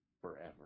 forever